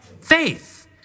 faith